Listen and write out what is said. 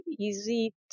easy